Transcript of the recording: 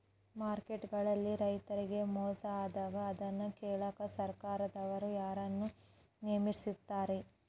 Market ಗಳಲ್ಲಿ ರೈತರಿಗೆ ಮೋಸ ಆದಾಗ ಅದನ್ನ ಕೇಳಾಕ್ ಸರಕಾರದವರು ಯಾರನ್ನಾ ನೇಮಿಸಿರ್ತಾರಿ?